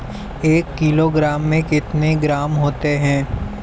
एक किलोग्राम में कितने ग्राम होते हैं?